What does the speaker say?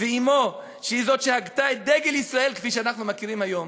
ואמו היא שהגתה את דגל ישראל כפי שאנחנו מכירים אותו היום.